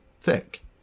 thick